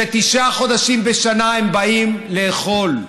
שתשעה חודשים בשנה הם באים לאכול,